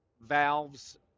valves